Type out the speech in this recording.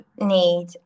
need